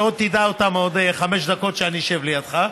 ותדע אותם עוד חמש דקות כשאני אשב לידך,